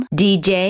dj